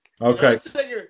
Okay